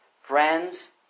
Friends